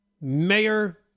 Mayor